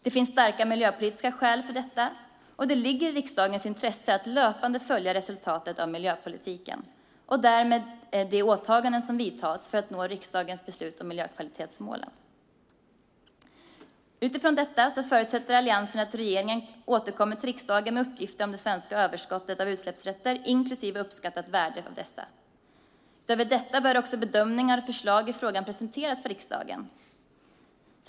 Det finns starka miljöpolitiska skäl för detta, och det ligger i riksdagens intresse att löpande följa resultatet av miljöpolitiken och därmed de åtgärder som vidtas för att nå de av riksdagen beslutade miljökvalitetsmålen. Utifrån detta förutsätter Alliansen att regeringen återkommer till riksdagen med uppgifter om det svenska överskottet av utsläppsrätter inklusive uppskattat värde av dessa. Utöver detta bör också bedömningar och förslag i frågan presenteras för riksdagen.